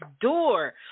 door